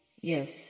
yes